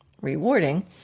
rewarding